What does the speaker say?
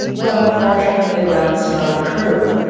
but unfortunately that's not true.